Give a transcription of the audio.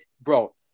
bro